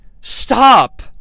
Stop